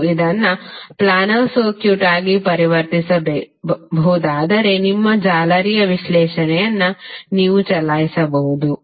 ಮತ್ತು ಇದನ್ನು planar circuit ಆಗಿ ಪರಿವರ್ತಿಸಬಹುದಾದರೆ ನಿಮ್ಮ ಜಾಲರಿಯ ವಿಶ್ಲೇಷಣೆಯನ್ನು ನೀವು ಚಲಾಯಿಸಬಹುದು